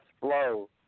flow